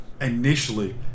initially